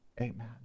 amen